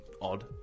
odd